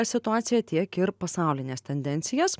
situaciją tiek ir pasaulines tendencijas